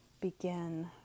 begin